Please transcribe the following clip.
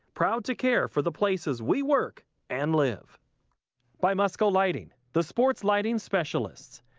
proud to care for the places we work and live by musco lighting, the sports lighting specialists,